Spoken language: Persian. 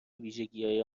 ویژگیهای